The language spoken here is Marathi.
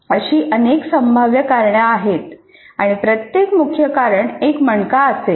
अशी अनेक संभाव्य कारणे आहेत आणि प्रत्येक मुख्य कारण एक मणका असेल